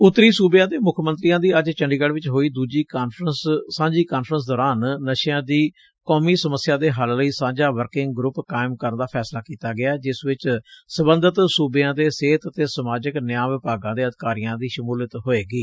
ਉਤਰੀ ਸੁਬਿਆਂ ਦੇ ਮੁੱਖ ਮੰਤਰੀਆਂ ਦੀ ਅੱਜ ਚੰਡੀਗੜ ਚ ਹੋਈ ਦੂਜੀ ਸਾਂਝੀ ਕਾਨਫਰੰਸ ਦੌਰਾਨ ਨਸ਼ਿਆਂ ਦੀ ਕੌਮੀ ਸਮੱਸਿਆ ਦੇ ਹੱਲ ਲਈ ਸਾਂਝਾ ਵਰਕਿੰਗ ਗਰੁੱਪ ਕਾਇਮ ਕਰਨ ਦਾ ਫੈਸਲਾ ਕੀਤਾ ਗਿਆ ਜਿਸ ਵਿੱਚ ਸਬੰਧਤ ਸੁਬਿਆਂ ਦੇ ਸਿਹਤ ਤੇ ਸਮਾਜਿਕ ਨਿਆਂ ਵਿਭਾਗਾਂ ਦੇ ਅਧਿਕਾਰੀਆਂ ਦੀ ਸ਼ਮੁਲੀਅਤ ਹੋਵੇਗੀ